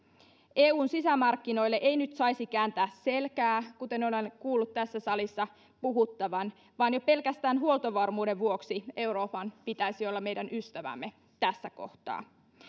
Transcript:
eun sisämarkkinoille ei nyt saisi kääntää selkää kuten olen kuullut tässä salissa puhuttavan vaan jo pelkästään huoltovarmuuden vuoksi euroopan pitäisi olla meidän ystävämme tässä kohtaa